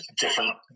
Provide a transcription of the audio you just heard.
different